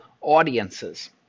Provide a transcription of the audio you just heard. audiences